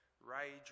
rage